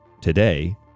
today